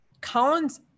Collins